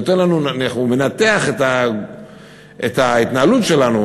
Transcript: הוא מנתח את ההתנהלות שלנו,